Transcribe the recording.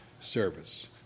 service